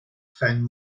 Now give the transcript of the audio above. phen